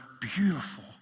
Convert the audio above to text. beautiful